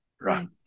Right